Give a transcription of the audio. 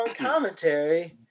commentary